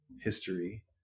history